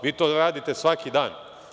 Vi to radite svaki dan.